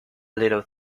little